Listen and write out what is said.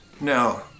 no